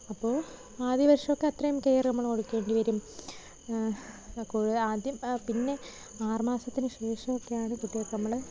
അപ്പോൾ ആദ്യ വർഷം ഒക്കെ അത്രയും കെയറ് നമ്മൾ കൊടുക്കേണ്ടിവരും ആദ്യം പിന്നെ ആറുമാസത്തിനുശേഷം ഒക്കെയാണ് കുട്ടികൾക്ക് നമ്മൾ